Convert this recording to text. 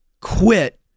quit